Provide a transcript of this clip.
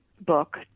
book